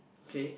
K